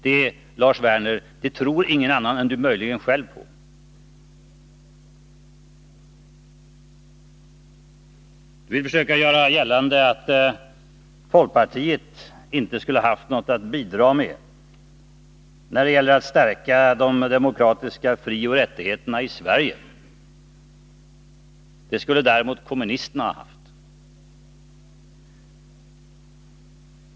Det tror nog ingen annan än möjligen han själv på. Lars Werner försökte vidare göra gällande att folkpartiet inte skulle ha haft något att bidra med när det gällt att stärka de demokratiska frioch rättigheterna i Sverige. Det skulle däremot kommunisterna ha haft.